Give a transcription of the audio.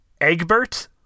Egbert